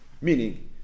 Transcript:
Meaning